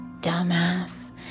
dumbass